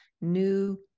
new